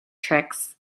tricks